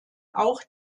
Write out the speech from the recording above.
auch